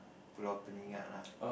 Pulau lah